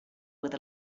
with